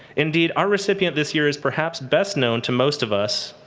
indeed, our recipient this year is perhaps best known to most of us,